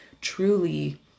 truly